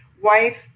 wife